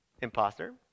imposter